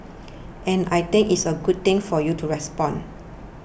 and I think it is a good thing for you to respond